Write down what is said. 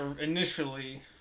initially